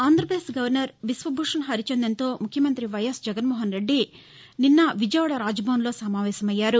Andhra Pradesh governor Biswabhusan హరిచందన్తో ముఖ్యమంతి YS Jaganmohan Reddy నిన్న విజయవాడ రాజ్ భవన్లో సమావేశమయ్యారు